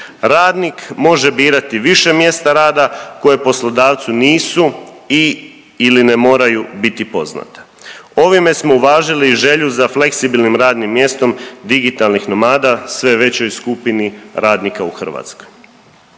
Radnik može birati više mjesta rada koje poslodavcu nisu i/ili ne moraju biti poznata. Ovime smo uvažili želju za fleksibilnim radnim mjestom digitalnih nomada sve većoj skupini radnika u Hrvatskoj.